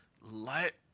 Let